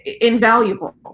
invaluable